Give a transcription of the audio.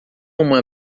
uma